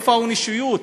איפה האנושיות?